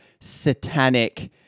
satanic